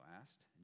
asked